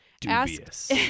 Dubious